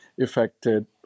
affected